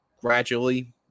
gradually